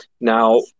now